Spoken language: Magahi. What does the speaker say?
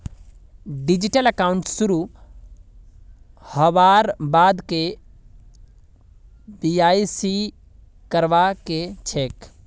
डिजिटल अकाउंट शुरू हबार बाद के.वाई.सी करवा ह छेक